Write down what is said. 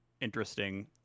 interesting